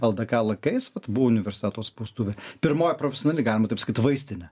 ldk laikais buvo universiteto spaustuvė pirmoji profesionali galima taip sakyt vaistinė